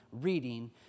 reading